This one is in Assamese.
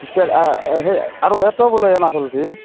তিত্তে এ হে আৰু ইয়াতো বোলে মাছ ওলছি